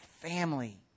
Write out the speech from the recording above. family